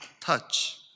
touch